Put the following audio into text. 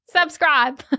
subscribe